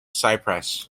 cypress